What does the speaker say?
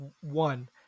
one